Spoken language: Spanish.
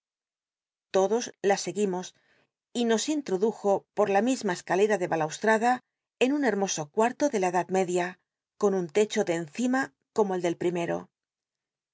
todos la seguimo y nos introdu io por la misa de balaustrada en un hermoso cuarto ma escalcr de la edad nredia con un techo de encima como el del primero